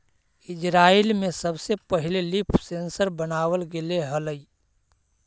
Israel में सबसे पहिले लीफ सेंसर बनाबल गेले हलई